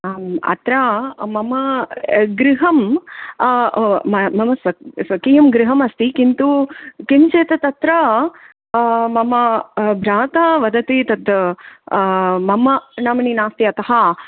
आम् अत्र मम गृहं मम स्व स्वकीयं गृहमस्ति किन्तु किञ्चित् तत्र मम भ्राता वदति तत् मम नाम्नि नास्ति अतः